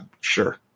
Sure